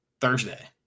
Thursday